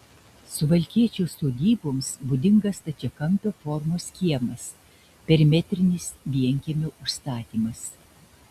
suvalkiečio sodyboms būdingas stačiakampio formos kiemas perimetrinis vienkiemio užstatymas